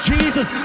Jesus